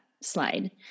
slide